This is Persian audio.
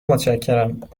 متشکرم